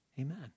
Amen